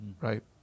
Right